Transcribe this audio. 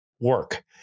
work